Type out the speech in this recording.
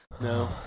No